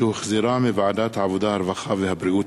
שהחזירה ועדת העבודה, הרווחה והבריאות.